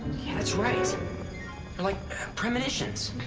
yeah that's right. they're like premonitions.